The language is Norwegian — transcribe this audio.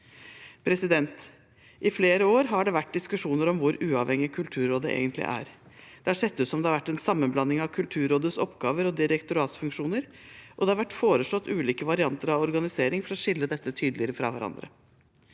landet. I flere år har det vært diskusjoner om hvor uavhengig Kulturrådet egentlig er. Det har sett ut som det har vært en sammenblanding av Kulturrådets oppgaver og direktoratsfunksjoner, og det har vært foreslått ulike varianter av organisering for å skille dette tydeligere fra hverandre.